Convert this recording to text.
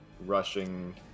Rushing